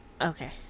Okay